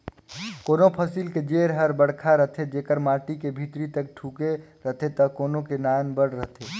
कोनों फसिल के जेर हर बड़खा रथे जेकर माटी के भीतरी तक ढूँके रहथे त कोनो के नानबड़ रहथे